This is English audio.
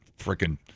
freaking